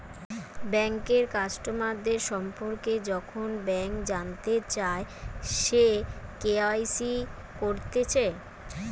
বেঙ্কের কাস্টমারদের সম্পর্কে যখন ব্যাংক জানতে চায়, সে কে.ওয়াই.সি করতিছে